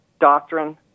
doctrine